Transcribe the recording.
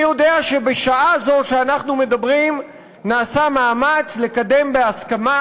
אני יודע שבשעה זו שאנחנו מדברים נעשה מאמץ לקדם בהסכמה,